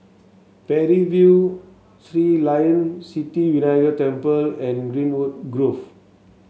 Parry View Sri Layan Sithi Vinayagar Temple and Greenwood Grove